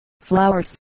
flowers